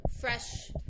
fresh